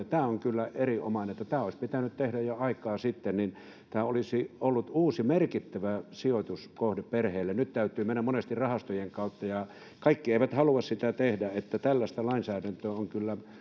tämä on kyllä erinomainen ja tämä olisi pitänyt tehdä jo aikaa sitten niin tämä olisi ollut uusi merkittävä sijoituskohde perheille nyt täytyy mennä monesti rahastojen kautta ja kaikki eivät halua sitä tehdä tällaista lainsäädäntöä on kyllä